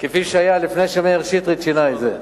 כפי שהיה לפני שמאיר שטרית שינה את זה.